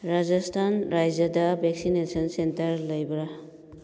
Rajasthan raised vaccination centre ꯂꯩꯕ꯭ꯔꯥ